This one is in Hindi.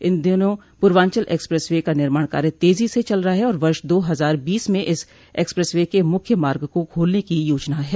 इन दिनों पूर्वांचल एक्सप्रेस वे का निर्माण कार्य तेजी से चल रहा है और वर्ष दो हजार बीस में इस एक्सप्रेस वे के मुख्य मार्ग को खोलने की योजना है